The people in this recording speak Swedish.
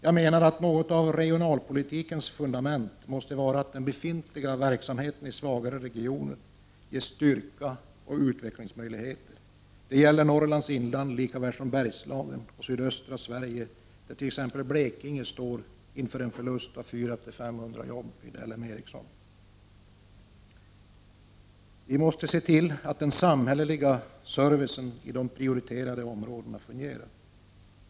Jag menar att något av regionalpolitikens fundament måste vara att den befintliga verksamheten i svagare regioner ges styrka och utvecklingsmöjligheter. Det gäller Norrlands inland lika väl som Bergslagen och sydöstra Sverige, där t.ex. Blekinge står inför en förlust av 400-500 jobb vid Ericsson. Vi måste se till att den samhälleliga servicen i de prioriterade områdena fungerar.